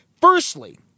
Firstly